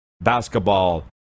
Basketball